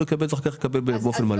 יקבל את זה אחר כך באופן מלא.